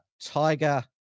tiger